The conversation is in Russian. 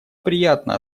приятно